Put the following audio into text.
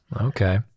Okay